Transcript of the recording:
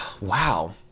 wow